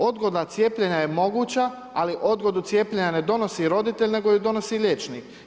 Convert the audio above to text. Odgoda cijepljenja je moguća, ali odgodu cijepljenja ne donosi roditelj, nego ju donosi liječnik.